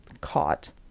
caught